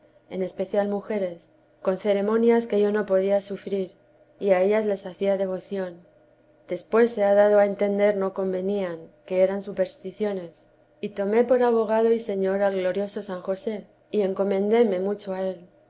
en especial mujeres con ceremonias que yo no podía sufrir y a ellas les hacía devoción después se ha dado a entender no convenían que eran supersticiosas y tomé por abo vida de la santa madbe gado y señor al glorioso san josé y encomendóme mucho a él